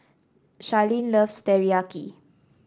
Charlene loves Teriyaki